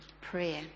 prayer